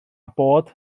bod